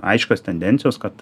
aiškios tendencijos kad